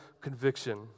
conviction